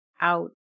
out